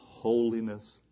holiness